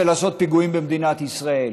ולעשות פיגועים במדינת ישראל.